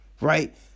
Right